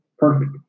Perfect